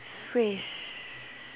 phrase